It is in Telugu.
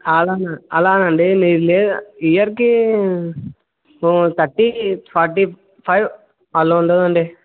ఆలాగ అలాగ అండి మీరు లేదా ఇయర్కీ ఒక థర్టీ ఫార్టీ ఫైవ్ అలా ఉంటుంది అండి